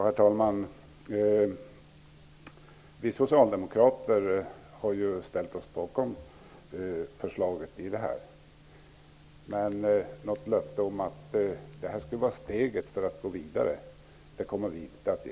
Herr talman! Vi socialdemokrater har ställt oss bakom detta förslag, men något löfte om att detta skulle vara ett steg för att gå vidare kommer vi inte att ge.